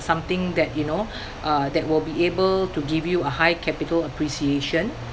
something that you know uh that will be able to give you a high capital appreciation